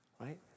Right